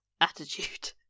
attitude